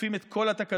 אוכפים את כל התקנות,